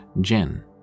Jen